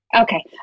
Okay